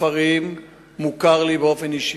בכפרים מוכר לי באופן אישי.